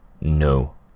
No